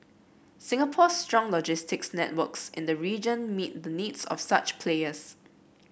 Singapore's strong logistics networks in the region meet the needs of such players